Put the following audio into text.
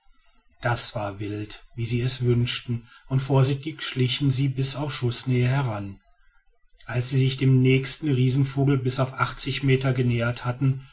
das war wild wie sie es wünschten und vorsichtig schlichen sie bis auf schußnähe heran als sie sich dem nächsten riesenvogel bis auf meter genähert hatten